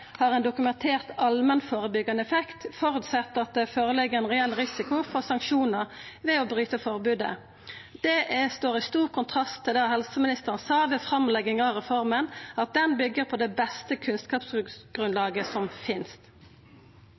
har dokumentert allmennførebyggjande effekt. Det føreset at det ligg føre ein reell risiko for sanksjonar ved å bryta forbodet. Det står i sterk kontrast til det helseministeren sa ved framlegginga av reforma, at ho byggjer på det beste kunnskapsgrunnlaget som finst.